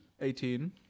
Eighteen